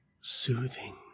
soothing